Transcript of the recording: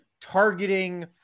targeting